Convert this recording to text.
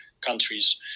countries